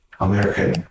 American